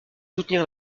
soutenir